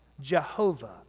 Jehovah